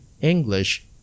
english